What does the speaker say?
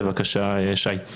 בבקשה, שי.